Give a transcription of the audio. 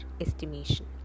estimation